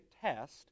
test